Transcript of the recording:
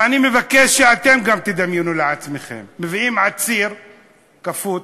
ואני מבקש שגם אתם תדמיינו לעצמכם: מביאים אסיר כפות,